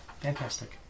fantastic